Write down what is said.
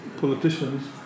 politicians